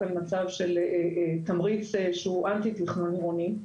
כאן מצב של תמריץ שהוא אנטי תכנון עירוני.